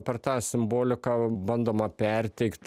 per tą simboliką bandoma perteikt